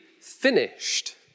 finished